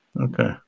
okay